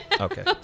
okay